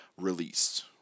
released